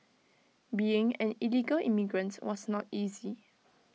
being an illegal immigrants was not easy